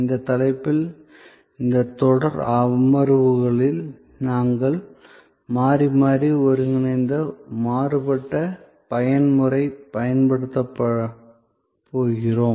இந்த தலைப்பில் இந்த தொடர் அமர்வுகளில் நாங்கள் மாறி மாறி ஒருங்கிணைந்த மாறுபட்ட பயன்முறையைப் பயன்படுத்தப் போகிறோம்